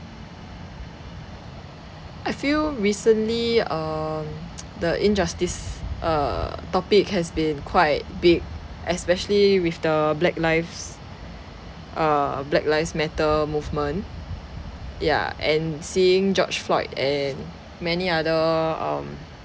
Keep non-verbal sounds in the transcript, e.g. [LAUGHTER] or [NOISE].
I feel recently um [NOISE] the injustice err topic has been quite big especially with the black lives err black lives matter movement ya and seeing george floyd and many other um